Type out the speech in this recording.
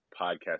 podcast